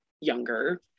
younger